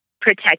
protect